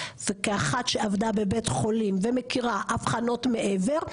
וכאחת שעבדה בבית חולים ומכירה אבחנות מעבר,